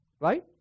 right